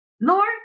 lord